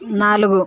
నాలుగు